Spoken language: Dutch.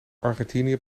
argentinië